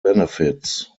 benefits